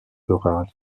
fera